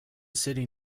city